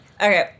Okay